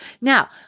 Now